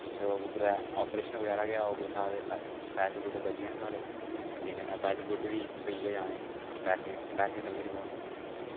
कुदै आप्रेशन बगैरा गै होग कुसै दा ते पैसे पैसे पूसे बची जाने साढ़े ते कन्नै बैड बुड बी थ्होई गै जाने पैसे पैसें दी तंगी नी पौनी